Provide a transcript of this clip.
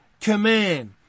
command